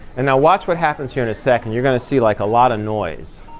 and now watch what happens here in a second. you're going to see like a lot of noise.